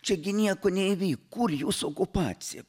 čiagi nieko neįvyko kur jūsų okupacija